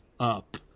up